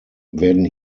werden